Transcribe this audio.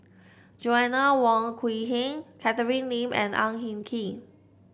Joanna Wong Quee Heng Catherine Lim and Ang Hin Kee